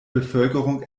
bevölkerung